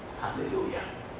Hallelujah